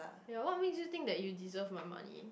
ya what makes you think that you deserve my money